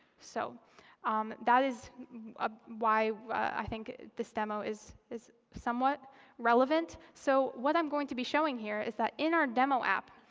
so um that is ah why i think this demo is is somewhat relevant. so what i'm going to be showing here is that in our demo app,